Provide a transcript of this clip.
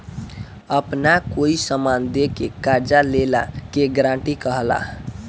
आपन कोई समान दे के कर्जा लेला के गारंटी कहला